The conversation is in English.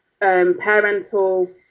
parental